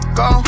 go